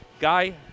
Guy